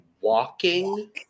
walking